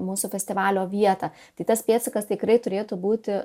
mūsų festivalio vietą tai tas pėdsakas tikrai turėtų būti